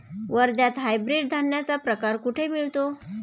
वर्ध्यात हायब्रिड धान्याचा प्रकार कुठे मिळतो?